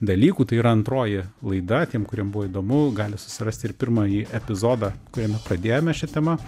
dalykų tai yra antroji laida tiem kuriem buvo įdomu gali susirasti ir pirmąjį epizodą kuriame pradėjome šia tema